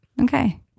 Okay